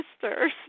Sisters